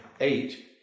eight